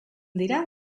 dira